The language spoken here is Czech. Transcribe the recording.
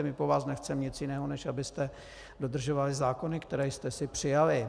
My po vás nechcem nic jiného než abyste dodržovali zákony, které jste si přijali.